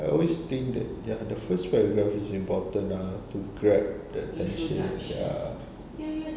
I always think that ya the first paragraph is important ah to grab the attention ya